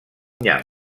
nyam